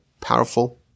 powerful